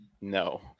No